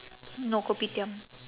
no kopitiam